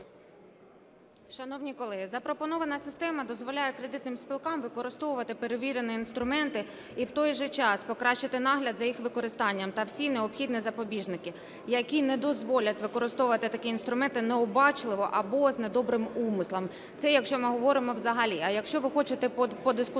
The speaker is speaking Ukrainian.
Шановні колеги, запропонована система дозволяє кредитним спілкам використовувати перевірені інструменти, і в той же час покращити нагляд за їх використанням, та всі необхідні запобіжники, які не дозволять використовувати такі інструменти необачливо або з недобрим умислом. Це якщо ми говоримо взагалі. А якщо ви хочете подискутувати